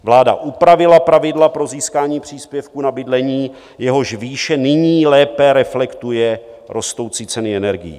Vláda upravila pravidla pro získání příspěvku na bydlení, jehož výše nyní lépe reflektuje rostoucí ceny energií.